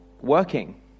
working